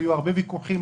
היו הרבה ויכוחים,